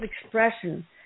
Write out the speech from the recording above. expression